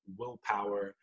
willpower